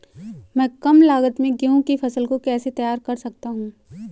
मैं कम लागत में गेहूँ की फसल को कैसे तैयार कर सकता हूँ?